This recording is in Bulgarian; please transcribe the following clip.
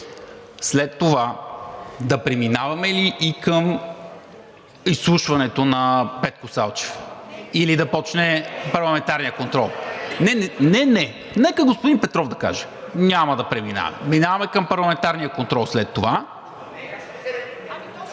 след това да преминаваме ли и към изслушването на Петко Салчев, или да започне парламентарният контрол? (Реплики.) Нека господин Петров да каже. (Реплики.) Няма да преминаваме. Минаваме към парламентарния контрол след това.